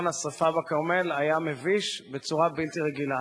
השרפה בכרמל היה מביש בצורה בלתי רגילה.